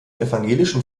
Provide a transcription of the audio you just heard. evangelischen